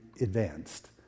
advanced